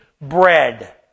bread